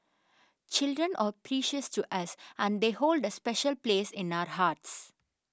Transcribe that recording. children are precious to us and they hold a special place in our hearts